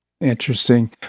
Interesting